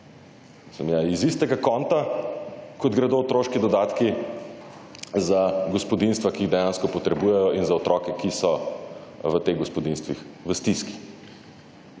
iz istega konta kot gredo otroški dodatki za gospodinjstva, ki jih dejansko potrebujejo, in za otroke, ki so v teh gospodinjstvih v stiski.